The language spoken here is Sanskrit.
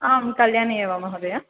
आं कल्यानी एव महोदया